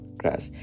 class